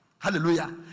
Hallelujah